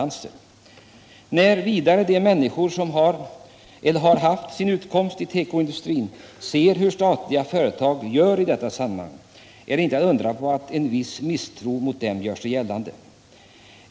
När vidare de människor som har haft sin utkomst inom tekoindustrin ser hur statliga företag handlar i detta sammanhang är det inte att undra på att en viss misstro gör sig gällande.